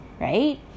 right